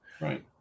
right